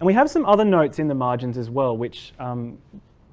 and we have some other notes in the margins as well which